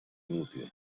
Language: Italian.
inutile